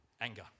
Anger